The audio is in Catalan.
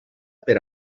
per